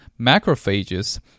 macrophages